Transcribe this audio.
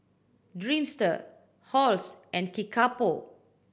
Dreamster Halls and Kickapoo